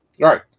Right